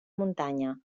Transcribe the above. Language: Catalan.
muntanya